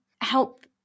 help